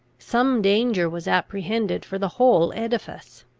some danger was apprehended for the whole edifice.